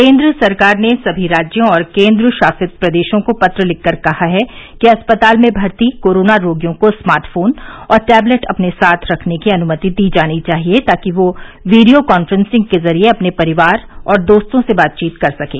केंद्र सरकार ने समी राज्यों और केंद्रशासित प्रदेशों को पत्र लिखकर कहा है कि अस्पताल में भर्ती कोरोना रोगियों को स्मार्टफोन और टेबलेट अपने साथ रखने की अनुमति दी जानी चाहिए ताकि वे वीडियो कॉन्फ्रेंसिंग के जरिए अपने परिवार और दोस्तों से बातचीत कर सकें